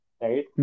right